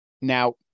Now